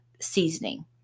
seasoning